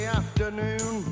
afternoon